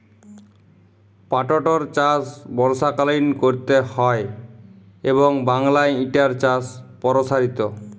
পাটটর চাষ বর্ষাকালীন ক্যরতে হয় এবং বাংলায় ইটার চাষ পরসারিত